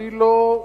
אני לא,